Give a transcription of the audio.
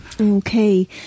Okay